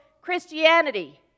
Christianity